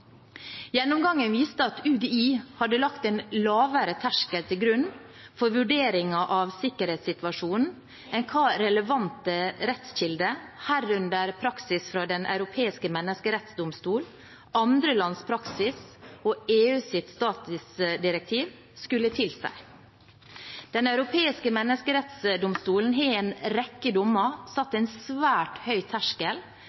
Gjennomgangen viste at UDI hadde lagt en lavere terskel til grunn for vurderingen av sikkerhetssituasjonen enn hva relevante rettskilder, herunder praksis fra Den europeiske menneskerettsdomstol, andre lands praksis og EUs statusdirektiv skulle tilsi. Den europeiske menneskerettsdomstolen har i en rekke dommer satt